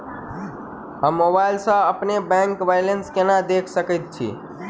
हम मोबाइल सा अपने बैंक बैलेंस केना देख सकैत छी?